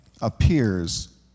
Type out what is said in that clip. appears